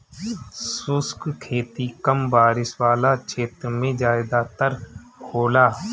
शुष्क खेती कम बारिश वाला क्षेत्र में ज़्यादातर होला